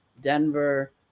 Denver